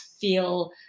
feel